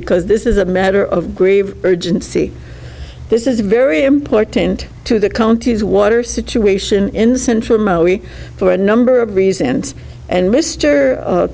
because this is a matter of greve urgency this is very important to the county's water situation in central moey for a number of reasons and mr